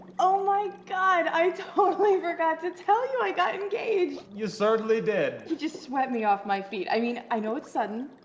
oh my god, i totally forgot to tell you i got engaged. you certainly did. he just swept me off my feet. i mean, i know it's sudden.